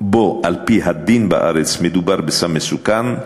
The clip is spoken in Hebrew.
שבו על-פי הדין בארץ מדובר בסם מסוכן,